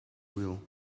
will